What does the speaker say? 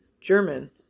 German